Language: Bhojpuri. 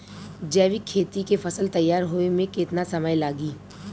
जैविक खेती के फसल तैयार होए मे केतना समय लागी?